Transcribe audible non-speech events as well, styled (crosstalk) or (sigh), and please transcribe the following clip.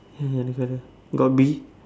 (laughs) the fellow got bee